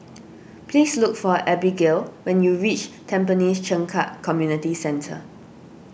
please look for Abigayle when you reach Tampines Changkat Community Centre